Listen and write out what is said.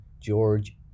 George